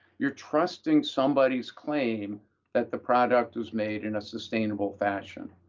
you're trusting somebody's claim that the product was made in a sustainable fashion.